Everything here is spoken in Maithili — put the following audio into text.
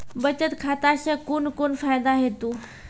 बचत खाता सऽ कून कून फायदा हेतु?